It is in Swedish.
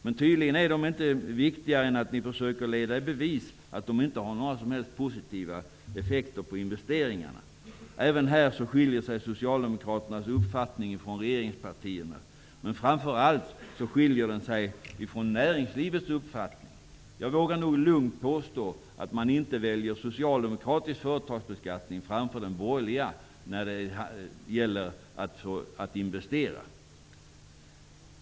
Men tydligen är de inte viktigare än att ni försöker leda i bevis att de inte har några som helst positiva effekter på investeringarna. Även här skiljer sig Socialdemokraternas uppfattning ifrån regeringspartiernas. Men framför allt skiljer den sig ifrån näringslivets uppfattning. Jag vågar nog lugnt påstå att man inte väljer socialdemokratisk företagsbeskattning framför den borgerliga när det gäller att investera.